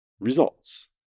results